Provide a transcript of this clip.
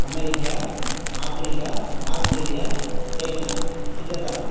America Africa Australia China Switzerland